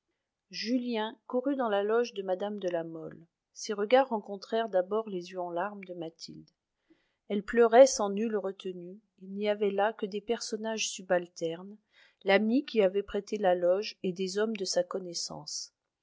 julien courut dans la loge de mme de la mole ses regards rencontrèrent d'abord les yeux en larmes de mathilde elle pleurait sans nulle retenue il n'y avait là que des personnages subalternes l'amie qui avait prêté la loge et des hommes de sa connaissance